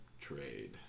trade